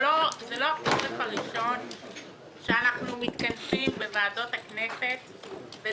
החורף הראשון שאנחנו מתכנסים בוועדות הכנסת,